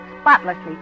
spotlessly